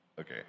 Okay